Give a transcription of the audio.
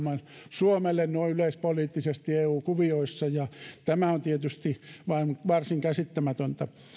ostaa saksan myötätuntoa suomelle noin yleispoliittisesti eu kuvioissa ja tämä on tietysti varsin käsittämätöntä